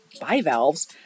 bivalves